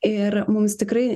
ir mums tikrai